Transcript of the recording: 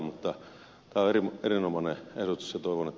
mutta avery veryn omalle herzutunut